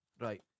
Right